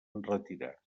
retirar